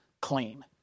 clean